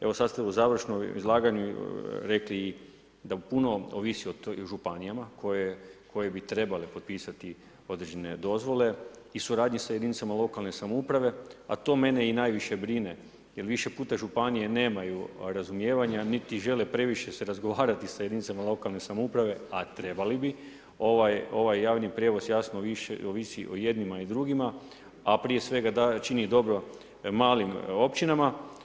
Evo sad ste u završnom izlaganju rekli da puno ovisi o županijama koje bi treba potpisati određene dozvole i suradnji sa jedinicama lokalne samouprave a to mene i najviše brine jer više puta županije nemaju razumijevanja, niti žele previše se razgovarati sa jedinicama lokalne samouprave, a trebali bi, ovaj javni prijevoz jasno ovisi o jednima i drugima, a prije svega da čini dobro malim općinama.